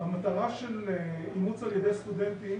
המטרה של אימוץ על ידי סטודנטים